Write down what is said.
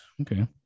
Okay